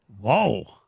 Whoa